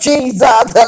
Jesus